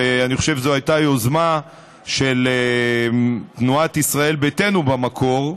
ואני חושב שזו הייתה יוזמה של תנועת ישראל ביתנו במקור,